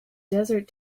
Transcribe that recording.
desert